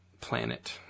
Planet